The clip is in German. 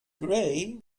grey